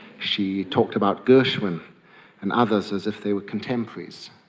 she talked about gershwin and others as if they were contemporaries.